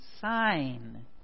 sign